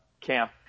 camp